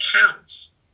counts